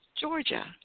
Georgia